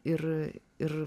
ir ir